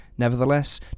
Nevertheless